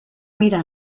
mirar